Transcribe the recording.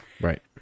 right